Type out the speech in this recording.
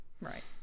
right